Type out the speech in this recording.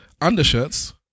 undershirts